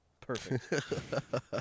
Perfect